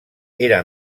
era